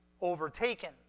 overtaken